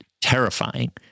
terrifying